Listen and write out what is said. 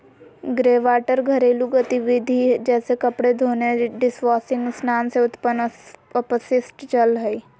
greywater घरेलू गतिविधिय जैसे कपड़े धोने, डिशवाशिंग स्नान से उत्पन्न अपशिष्ट जल हइ